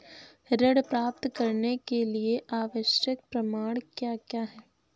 ऋण प्राप्त करने के लिए आवश्यक प्रमाण क्या क्या हैं?